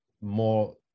more